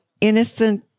innocent